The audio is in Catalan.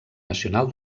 nacional